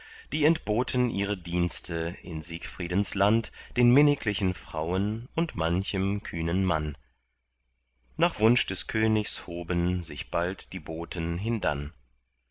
die entboten ihre dienste in siegfriedens land den minniglichen frauen und manchem kühnen mann nach wunsch des königs hoben sich bald die boten hindann